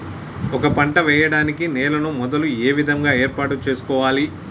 ఒక పంట వెయ్యడానికి నేలను మొదలు ఏ విధంగా ఏర్పాటు చేసుకోవాలి?